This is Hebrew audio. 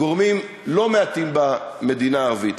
גורמים לא מעטים במדינה הערבית.